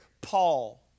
Paul